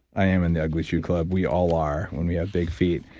i am in the ugly shoe club. we all are when we have big feet.